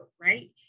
right